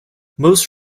most